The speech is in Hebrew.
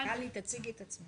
תציגי את עצמך.